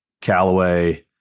Callaway